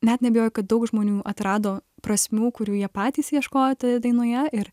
net neabejoju kad daug žmonių atrado prasmių kurių jie patys ieškojo toje dainoje ir